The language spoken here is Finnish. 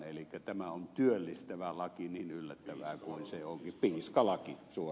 elikkä tämä on työllistävä laki niin yllättävää kuin se onkin